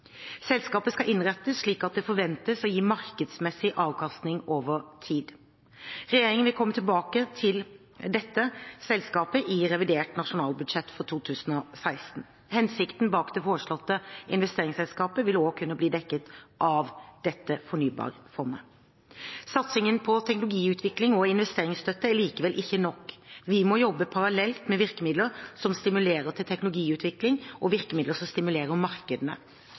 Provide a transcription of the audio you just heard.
Selskapet skal innrettes slik at det forventes å gi markedsmessig avkastning over tid. Regjeringen vil komme tilbake til dette selskapet i revidert nasjonalbudsjett for 2016. Hensikten bak det foreslåtte investeringsselskapet vil også kunne bli dekket av dette fornybarfondet. Satsingen på teknologiutvikling og investeringsstøtte er likevel ikke nok. Vi må jobbe parallelt med virkemidler som stimulerer til teknologiutvikling, og virkemidler som stimulerer markedene.